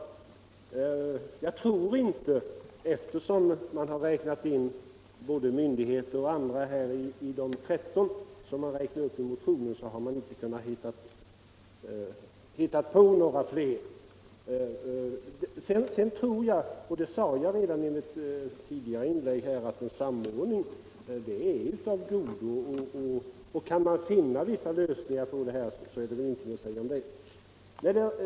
Eftersom det bland de 13 långivare som är uppräknade i motionen ingår både myndigheter och andra, så tror jag inte man har kunnat hitta på några fler långivare. Som jag sade tidigare tror jag att en samordning är av godo. Kan man finna vissa lösningar på det här är det väl ingenting att säga därom.